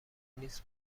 نیست